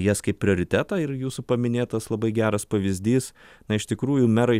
jas kaip prioritetą ir jūsų paminėtas labai geras pavyzdys na iš tikrųjų merai